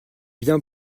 bien